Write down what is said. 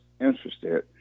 interested